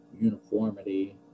uniformity